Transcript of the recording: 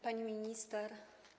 Pani Minister!